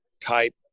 type